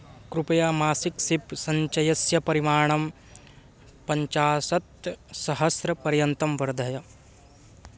कृपया मासिक सिप् सञ्चयस्य परिमाणं पञ्चाशत् सहस्रपर्यन्तं वर्धय